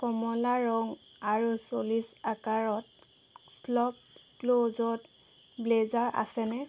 কমলা ৰঙ আৰু চল্লিছ আকাৰত শ্বপক্লুজত ব্লেজাৰ আছেনে